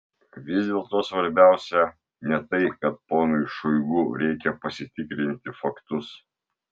vis dėlto svarbiausia ne tai kad ponui šoigu reikia pasitikrinti faktus